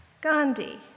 Gandhi